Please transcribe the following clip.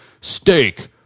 steak